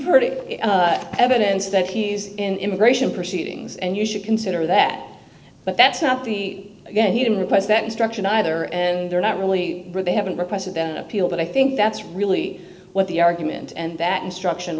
heard it evidence that he's in immigration proceedings and you should consider that but that's not the again he didn't request that instruction either and they're not really they haven't requested an appeal but i think that's really what the argument and that instruction